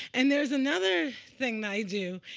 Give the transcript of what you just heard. and there's another thing that i do,